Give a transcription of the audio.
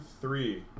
three